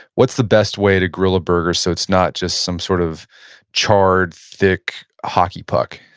what's the best way to grill a burger, so it's not just some sort of charred, thick hockey puck?